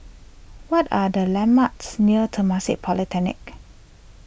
what are the landmarks near Temasek Polytechnic